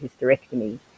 hysterectomy